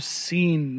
seen